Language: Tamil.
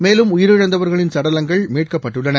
மேலும் உயிரிழந்தவர்களின் சடலங்கள் மீட்கப்பட்டுள்ளன